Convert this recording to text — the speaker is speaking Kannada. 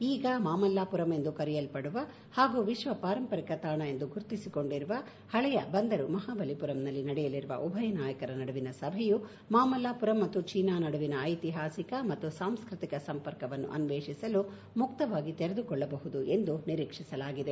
ಈಗ ಮಾಮಲ್ಲಾಪುರಂ ಎಂದು ಕರೆಯಲ್ಪಡುವ ಹಾಗೂ ವಿಶ್ವ ಪಾರಂಪರಿಕ ತಾಣ ಎಂದು ಗುರುತಿಸಿಕೊಂಡಿರುವ ಹಳೆಯ ಬಂದರು ಮಹಾಬಲಿಪುರಂನಲ್ಲಿ ನಡೆಯಲಿರುವ ಉಭಯ ನಾಯಕರ ನಡುವಿನ ಸಭೆಯು ಮಾಮಲ್ಲಾಪುರಂ ಮತ್ತು ಚೀನಾ ನಡುವಿನ ಐತಿಹಾಸಿಕ ಮತ್ತು ಸಾಂಸ್ಕೃತಿಕ ಸಂಪರ್ಕವನ್ನು ಅನ್ವೇಷಿಸಲು ಮುಕ್ತವಾಗಿ ತೆರೆದುಕೊಳ್ಳಬಹುದು ಎಂದು ನಿರೀಕ್ಷಿಸಲಾಗಿದೆ